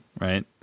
right